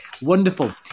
Wonderful